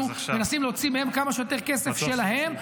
אנחנו מנסים להוציא מהם כמה שיותר כסף שלהם,